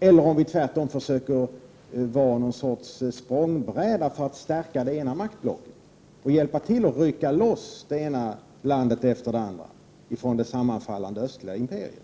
eller om vi tvärtom försöker bli någon sorts språngbräda för att stärka det ena maktblocket och hjälpa till att rycka loss det ena landet efter det andra från det sammanfallande östliga imperiet.